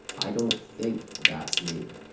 i don't think that's me